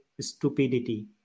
stupidity